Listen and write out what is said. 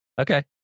Okay